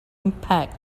impact